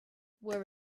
were